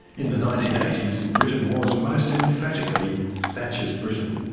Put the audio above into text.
in the nineteen eighty s britain was most emphatically thatcher's britain.